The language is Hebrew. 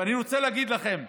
ואני רוצה להגיד לכם,